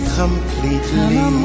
completely